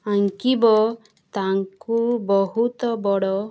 ଆଙ୍କିବ ତାଙ୍କୁ ବହୁତ ବଡ଼